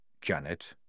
Janet